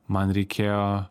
man reikėjo